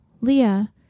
Leah